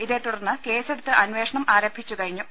ഇതേതുടർന്ന് കേസെടുത്ത് അന്വേഷണം ആരംഭിച്ചുക ഴിഞ്ഞു